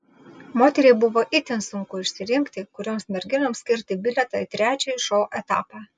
moteriai buvo itin sunku išsirinkti kurioms merginoms skirti bilietą į trečiąjį šou etapą